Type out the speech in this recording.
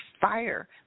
fire